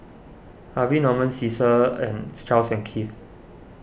Harvey Norman Cesar and Charles and Keith